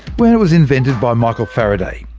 when it was invented by michael faraday.